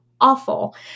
awful